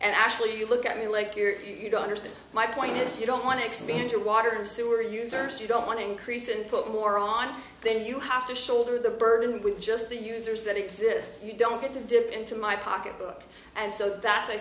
and actually look at me like you're you don't understand my point is you don't want to expand your water sewer users you don't want to increase and put more on then you have to shoulder the burden with just the users that exist you don't have to dip into my pocketbook and so that's a